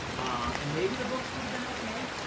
and maybe the books would have been okay.